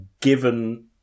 given